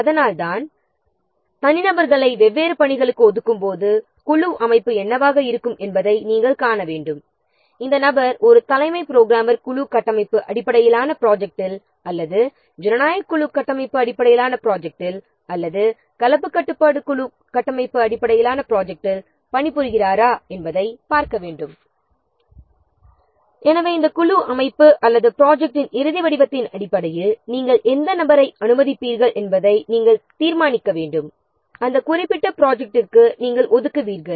அதனால்தான் தனிநபர்களை வெவ்வேறு பணிகளுக்கு ஒதுக்கும்போது குழு அமைப்பு என்னவாக இருக்கும் என்பதை நாம் காண வேண்டும் இந்த நபர் ஒரு தலைமை புரோகிராமர் குழு கட்டமைப்பு அடிப்படையிலான ப்ராஜெக்ட்டில் அல்லது ஜனநாயக குழு கட்டமைப்பு அடிப்படையிலான ப்ராஜெக்ட்டில் அல்லது கலப்பு கட்டுப்பாட்டு குழு கட்டமைப்பு அடிப்படையிலான ப்ராஜெக்ட்டில் பணிபுரிகிறாரா என்பதை பார்க்க வேண்டும் எனவே இந்த குழு அமைப்பு அல்லது ப்ராஜெக்ட்டின் இறுதி வடிவத்தின் அடிப்படையில் நாம் எந்த நபரை அனுமதிக்க போகிறோம் என்பதை நாம் தீர்மானிக்க வேண்டும் அந்த நபரை குறிப்பிட்ட ப்ராஜெக்ட்டிற்கு நாம் ஒதுக்குவோம்